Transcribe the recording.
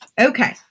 Okay